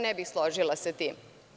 Ne bih se složila sa tim.